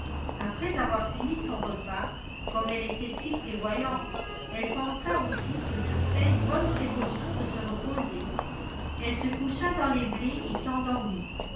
après avoir fini son repas comme elle était si prévoyante elle pensa aussi que ce serait une bonne précaution de se reposer elle se coucha dans les blés et s'endormit